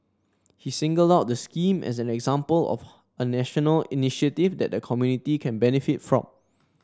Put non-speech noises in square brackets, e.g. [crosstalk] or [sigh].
he singled out the scheme as an example of [unintelligible] a national initiative that the community can benefit from